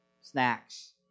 snacks